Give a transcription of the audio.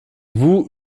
vous